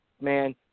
Man